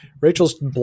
Rachel's